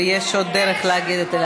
ויש עוד דרך להגיד.